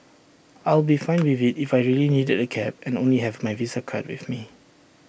I'll be fine with IT if I really needed A cab and only have my visa card with me